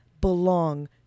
belong